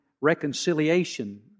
reconciliation